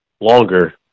longer